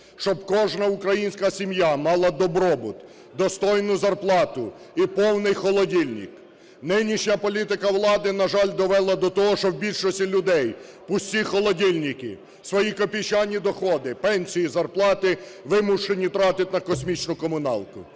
щоб кожна українська сім'я мала добробут, достойну зарплату і повний холодильник. Нинішня політика влади, на жаль, довела до того, що в більшості людей пусті холодильники, свої копійчані доходи, пенсії, зарплати вимушені тратити на космічну комуналку.